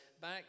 back